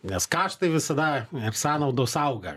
nes kaštai visada ir sąnaudos auga